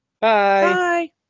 Bye